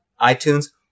iTunes